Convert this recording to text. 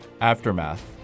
aftermath